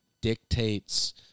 dictates